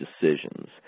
decisions